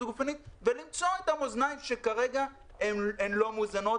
הגופנית ולמצוא את המאזניים שכרגע הן לא מאוזנות.